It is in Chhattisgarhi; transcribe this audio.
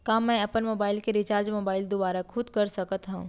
का मैं अपन मोबाइल के रिचार्ज मोबाइल दुवारा खुद कर सकत हव?